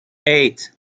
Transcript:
eight